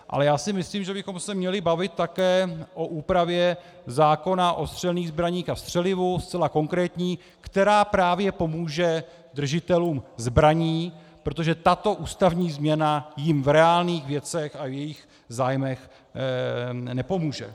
Ale já si myslím, že bychom se měli bavit také o úpravě zákona o střelných zbraních a střelivu, zcela konkrétní, která právě pomůže držitelům zbraní, protože tato ústavní změna jim v reálných věcech a v jejich zájmech nepomůže.